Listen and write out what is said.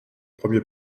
premier